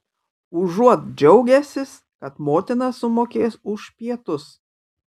užuot džiaugęsis kad motina sumokės už pietus